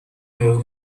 move